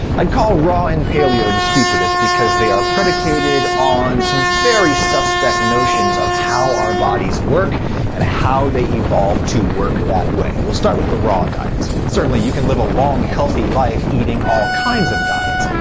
i'd call raw and paleo the stupidest because they are predicated on some very suspect notions of how our bodies work and how they evolved to work that way. we'll start with the raw diet. certainly you can live a long, healthy life eating all kinds of diets,